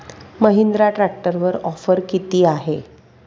महिंद्रा ट्रॅक्टरवर ऑफर किती आहे?